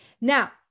Now